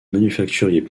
manufacturier